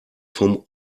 vom